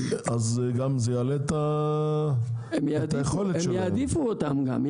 אז גם זה יעלה את --- הם יעדיפו אותם גם כי